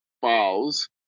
files